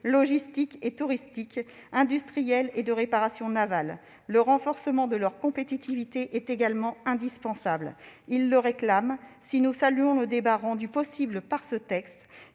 logistiques et touristiques, industrielles et de réparation navale. Le renforcement de leur compétitivité est également indispensable, comme leurs responsables le réclament. Si nous saluons le débat rendu possible par ce texte,